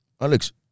Alex